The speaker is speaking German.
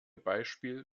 beispiel